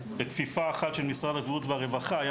בכפיפה אחת של משרד הבריאות והרווחה היה